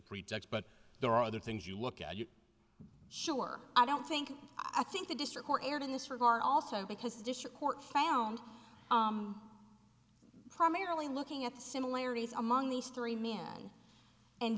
pretext but there are other things you look at you sure i don't think i think the district or erred in this regard also because the district court found primarily looking at the similarities among these three man and